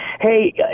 Hey